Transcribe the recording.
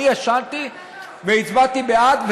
אני ישנתי והצבעתי בעד,